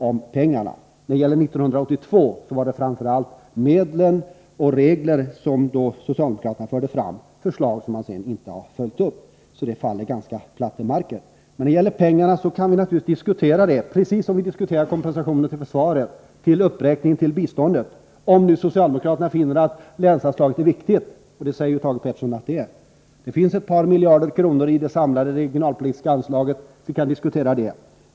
När det gäller 1982 var det framför allt socialdemokraterna som förde fram förslag om medel och regler, förslag som de sedan inte har följt upp. De faller alltså platt till marken. Vi kan naturligtvis diskutera om de här pengarna precis på samma sätt som vi diskuterade kompensationen till försvaret och uppräkningen av biståndet, om nu socialdemokraterna finner att länsanslaget är viktigt — och det säger ju Thage Peterson att det är. Det finns ett par miljarder kronor i det samlade regionalpolitiska anslaget.